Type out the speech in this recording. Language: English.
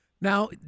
Now